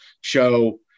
show